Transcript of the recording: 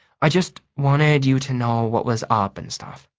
i just wanted you to know what was up and stuff.